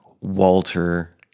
Walter